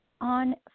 on